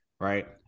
Right